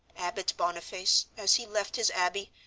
abbot boniface, as he left his abbey,